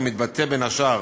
המתבטא בין השאר